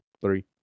Three